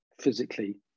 physically